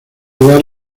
lugar